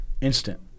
Instant